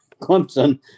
Clemson